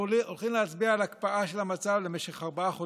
אנחנו הולכים להצביע על הקפאה של המצב למשך ארבעה חודשים.